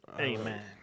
amen